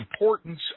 importance